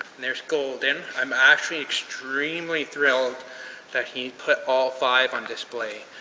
and there's golden. i'm actually extremely thrilled that he put all five on display.